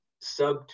sub